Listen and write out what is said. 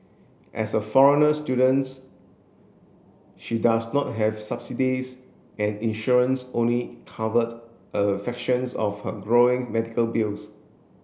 as a foreigner students she does not have subsidies and insurance only covered a fractions of her growing medical bills